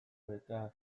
eta